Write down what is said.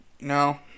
No